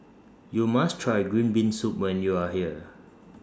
YOU must Try Green Bean Soup when YOU Are here